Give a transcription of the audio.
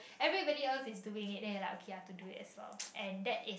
everybody else is doing it then like okay lah to do it as well and that is